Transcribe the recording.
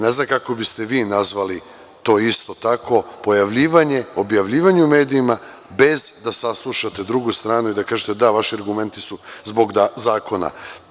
Ne znam kako biste vi nazvali to isto tako pojavljivanje, objavljivanje u medijima bez da saslušate drugu stranu i da kažete – da, vaši argumenti su zbog da, zakona.